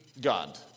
God